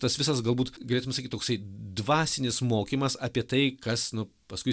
tas visas galbūt galėtum sakyt toksai dvasinis mokymas apie tai kas nu paskui